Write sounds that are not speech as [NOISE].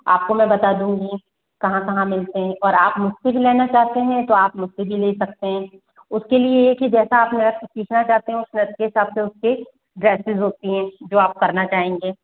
आपको मैं बता दूँगी कहाँ कहाँ मिलते हैं और आप मुझसे भी लेना चाहते हैं तो आप मुझसे भी ले सकते हैं उसके लिए ये है कि जैसा आप नृत्य सीखना चाहते हैं [UNINTELLIGIBLE] उसके ड्रेसेस होती हैं जो आप करना चाहेंगे